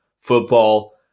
football